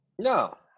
No